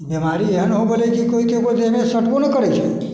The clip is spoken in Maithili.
बिमारी एहन हो गेलै कि केओ ककरो देहमे सटबो नहि करैत छै